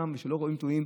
כשלא אומרים שטועים,